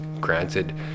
granted